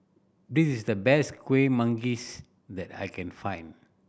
this is the best Kuih Manggis that I can find